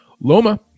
Loma